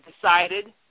decided